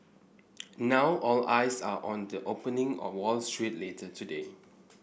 now all eyes are on the opening on Wall Street later today